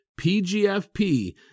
PGFP